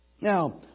Now